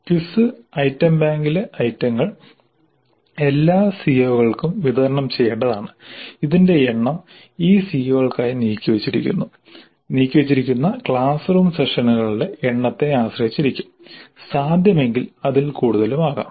quiz item ബാങ്കിലെ ഐറ്റങ്ങൾ എല്ലാ സിഒകൾക്കും വിതരണം ചെയ്യേണ്ടതാണ് ഇതിന്റെ എണ്ണം ഈ സിഒകൾക്കായി നീക്കിവച്ചിരിക്കുന്ന ക്ലാസ് റൂം സെഷനുകളുടെ എണ്ണത്തെ ആശ്രയിച്ചിരിക്കും സാധ്യമെങ്കിൽ അതിൽ കൂടുതലും ആകാം